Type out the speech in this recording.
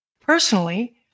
Personally